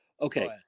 okay